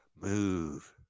move